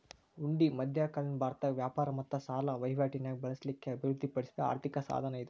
ಹುಂಡಿ ಮಧ್ಯಕಾಲೇನ ಭಾರತದಾಗ ವ್ಯಾಪಾರ ಮತ್ತ ಸಾಲ ವಹಿವಾಟಿ ನ್ಯಾಗ ಬಳಸ್ಲಿಕ್ಕೆ ಅಭಿವೃದ್ಧಿ ಪಡಿಸಿದ್ ಆರ್ಥಿಕ ಸಾಧನ ಇದು